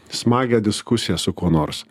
smagią diskusiją su kuo nors